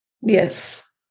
Yes